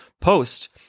post